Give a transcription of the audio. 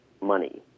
money